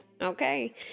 Okay